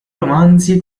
romanzi